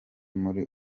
muri